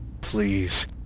Please